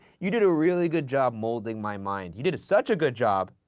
you did a really good job molding my mind. you did such a good job,